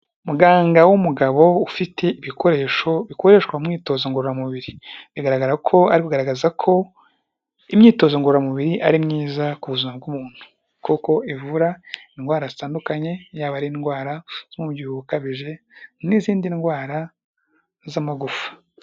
Muganga w'umugabo ufite ibikoresho bikoreshwa mu myitozo ngororamubiri bigaragara ko ari kugaragaza ko imyitozo ngororamubiri ari myiza ku buzima bw'umuntu kuko ivura indwara zitandukanye yaba ari indwara z'umubyibuho ukabije n'izindi ndwara z'amagufa.